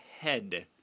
head